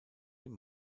dem